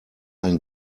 ein